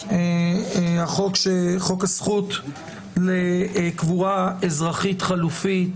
חוק הזכות לקבורה אזרחית חלופית,